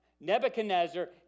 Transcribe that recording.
Nebuchadnezzar